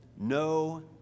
No